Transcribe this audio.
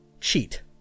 Cheat